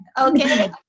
okay